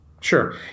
sure